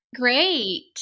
Great